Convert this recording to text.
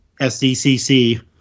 SDCC